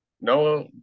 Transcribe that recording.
Noah